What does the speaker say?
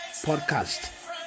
Podcast